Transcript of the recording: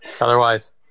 Otherwise